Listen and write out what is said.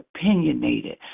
opinionated